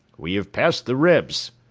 we have passed the rebs!